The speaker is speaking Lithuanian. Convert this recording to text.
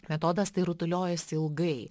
metodas tai rutuliojosi ilgai